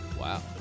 Wow